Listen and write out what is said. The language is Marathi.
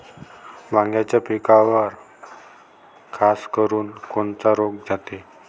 वांग्याच्या पिकावर खासकरुन कोनचा रोग जाते?